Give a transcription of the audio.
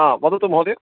वदतु महोदय